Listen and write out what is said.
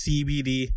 cbd